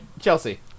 Chelsea